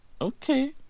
okay